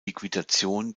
liquidation